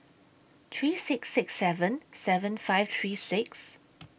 three six six seven seven five three six